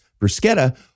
bruschetta